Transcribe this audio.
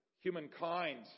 humankind